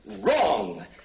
wrong